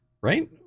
right